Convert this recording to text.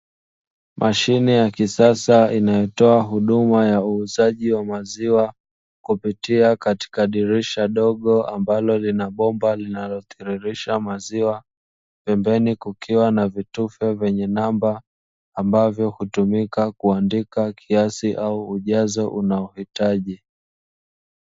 Mashine ya kisasa inayotoa huduma ya uuzaji wa maziwa kupitia katika dirisha dogo ambalo lina bomba linalotiririsha maziwa. Pembeni kukiwa na vitufe vyenye namba, ambavyo hutumika kuandika kiasi au ujazo unaohitaji.